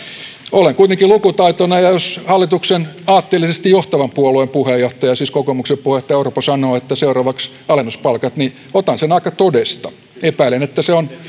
olen kuitenkin lukutaitoinen ja jos hallituksen aatteellisesti johtavan puolueen puheenjohtaja siis kokoomuksen puheenjohtaja orpo sanoo että seuraavaksi alennuspalkat niin otan sen aika todesta epäilen että se on